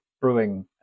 brewing